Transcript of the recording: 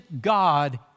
God